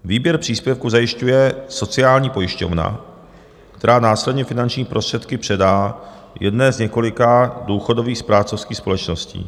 Výběr příspěvku zajišťuje sociální pojišťovna, která následně finanční prostředky předá jedné z několika důchodových správcovských společností.